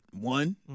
One